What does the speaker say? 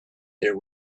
there